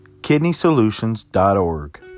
KidneySolutions.org